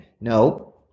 No